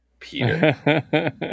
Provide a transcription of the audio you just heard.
Peter